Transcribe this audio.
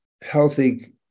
healthy